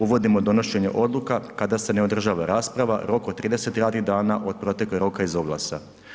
Uvodimo donošenje odluka kada se ne održava rasprava, rok od 30 radnih dana od proteka roka iz oglasa.